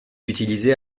utilisée